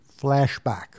flashback